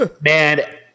Man